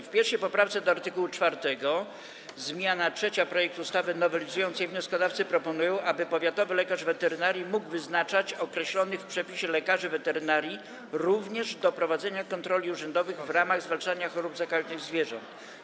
W 1. poprawce do art. 4 zmiana 3. projektu ustawy nowelizującej wnioskodawcy proponują, aby powiatowy lekarz weterynarii mógł wyznaczać określonych w przepisie lekarzy weterynarii również do prowadzenia kontroli urzędowych w ramach zwalczania chorób zakaźnych zwierząt.